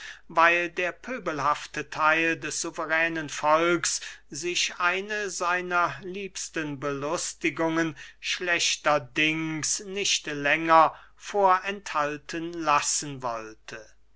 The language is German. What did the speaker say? weil der pöbelhafte theil des suveränen volks sich eine seiner liebsten belustigungen schlechterdings nicht länger vorenthalten lassen wollte